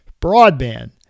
Broadband